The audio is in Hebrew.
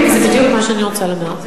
זה בדיוק מה שאני רוצה לומר.